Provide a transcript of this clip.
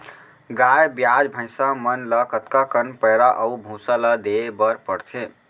गाय ब्याज भैसा मन ल कतका कन पैरा अऊ भूसा ल देये बर पढ़थे?